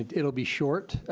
it'll be short.